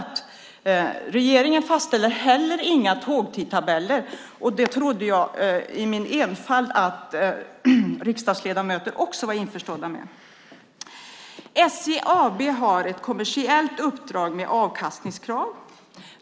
Regeringen fastställer inte heller några tågtidtabeller. Det trodde jag i min enfald att riksdagsledamöterna också var införstådda med. SJ AB har ett kommersiellt uppdrag med avkastningskrav.